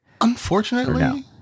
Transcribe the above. unfortunately